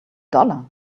dollar